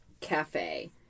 cafe